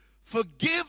Forgive